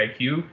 IQ